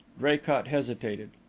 draycott hesitated.